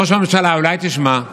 ראש הממשלה, אולי תשמע?